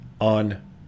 on